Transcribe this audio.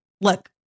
look